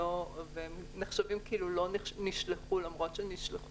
והם נחשבים כאילו הם לא נשלחו, למרות שהם נשלחו.